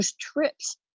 trips